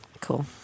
Cool